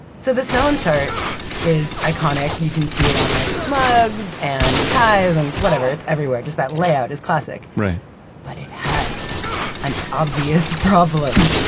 so the snellen chart is iconic. you can see it on like mugs and ties and whatever. it's everywhere. just that layout is classic right but it has an obvious problem.